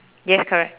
yes correct